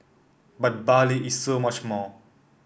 but Bali is so much more